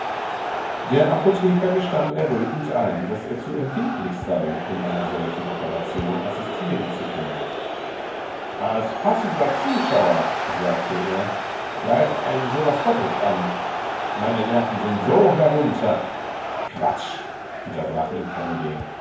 der apotheker gestand errötend ein daß er zu empfindlich sei um einer solchen operation assistieren zu können als passiver zuschauer sagte er greift einen so was doppelt an meine nerven sind so herunter quatsch unterbrach ihn canivet